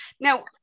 Now